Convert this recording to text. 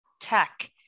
tech